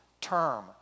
term